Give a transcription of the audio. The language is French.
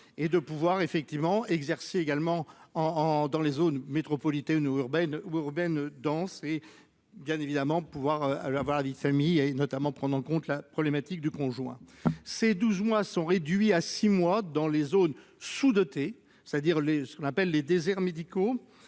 et de pouvoir effectivement exercer également en en dans les zones métropolitaines urbaines ou urbaines denses et bien évidemment pouvoir avoir la vie de famille et notamment prendre en compte la problématique du conjoint. Ces 12 mois sont réduits à six mois dans les zones sous-dotées c'est-à-dire les ce qu'on appelle les déserts médicaux